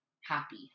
happy